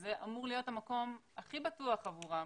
- שזה אמור להיות המקום הכי בטוח עבורם